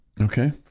okay